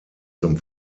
zum